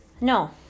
No